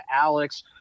Alex